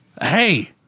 hey